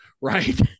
Right